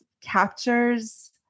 captures